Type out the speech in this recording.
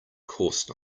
course